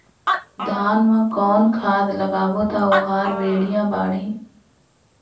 धान मा कौन खाद लगाबो ता ओहार बेडिया बाणही?